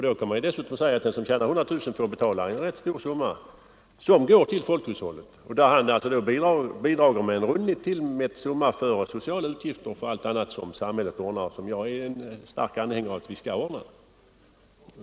Då kan man dessutom säga att den som tjänar 100 000 kronor får betala en rätt stor summa i skatt — som går till folkhushållet — där han alltså bidrar med en rundligt tillmätt summa för sociala utgifter och allt annat som samhället ordnar och som jag är en stark anhängare av att samhället skall ordna för medborgarna.